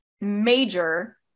major